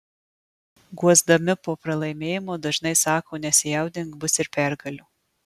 guosdami po pralaimėjimo dažnai sako nesijaudink bus ir pergalių